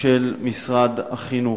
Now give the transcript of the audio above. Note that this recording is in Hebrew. של משרד החינוך.